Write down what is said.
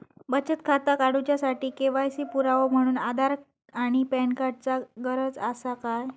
बचत खाता काडुच्या साठी के.वाय.सी पुरावो म्हणून आधार आणि पॅन कार्ड चा गरज आसा काय?